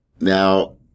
Now